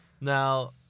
Now